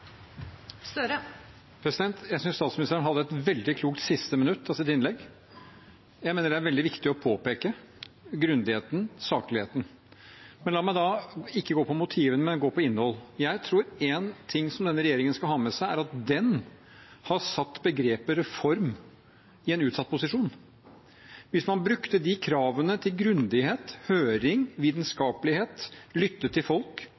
Jeg synes statsministeren hadde et veldig klokt siste minutt av sitt innlegg. Jeg mener det er veldig viktig å påpeke grundigheten, sakligheten. La meg ikke gå på motivene, men på innhold. Jeg tror at én ting som denne regjeringen skal ha med seg, er at den har satt begrepet «reform» i en utsatt posisjon. Hvis man brukte kravene til grundighet, høring, vitenskapelighet, lyttet til folk,